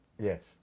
Yes